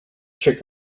check